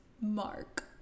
Mark